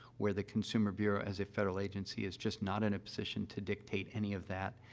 where the consumer bureau, as a federal agency, is just not in a position to dictate any of that.